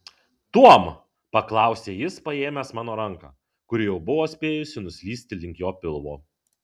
tuom paklausė jis paėmęs mano ranką kuri jau buvo spėjusi nuslysti link jo pilvo